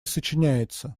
сочиняется